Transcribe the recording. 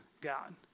God